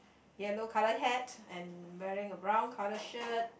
yellow colour hat and wearing a brown colour shirt